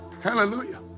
Hallelujah